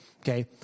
okay